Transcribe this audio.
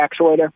actuator